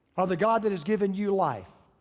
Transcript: or the god that has given you life.